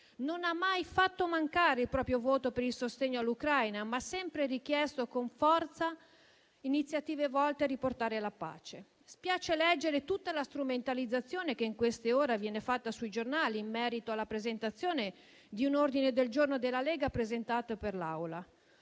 Non ha mai fatto mancare il proprio voto per il sostegno all'Ucraina, ma ha sempre richiesto con forza iniziative volte a riportare la pace. Spiace leggere tutta la strumentalizzazione che in queste ore viene fatta sui giornali in merito alla presentazione di un ordine del giorno in Aula da parte della